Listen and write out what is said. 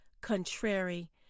contrary